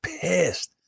pissed